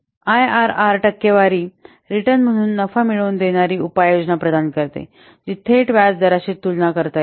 IRR टक्केवारी return म्हणून नफा मिळवून देणारी उपाययोजना प्रदान करते जी थेट व्याजदराशी तुलना करता येते